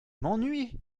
m’ennuies